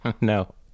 no